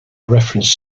reference